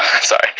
Sorry